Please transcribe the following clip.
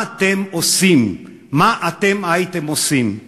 מה אתם הייתם עושים?